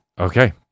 Okay